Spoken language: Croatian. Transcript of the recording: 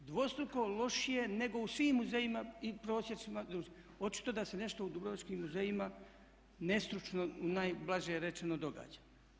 Dvostruko lošije nego u svim muzejima i … očito da se nešto u dubrovačkim muzejima nestručno, najblaže rečeno događa.